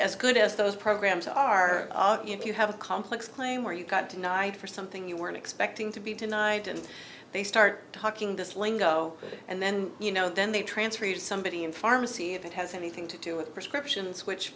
as good as those programs are you have a complex claim where you got denied for something you weren't expecting to be denied and they start talking this lingo and then you know then they transfer you to somebody in pharmacy if it has anything to do with prescriptions which